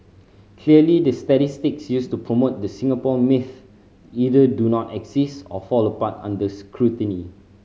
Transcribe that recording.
clearly the statistics used to promote the Singapore myth either do not exist or fall apart under scrutiny